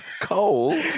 Coal